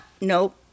Nope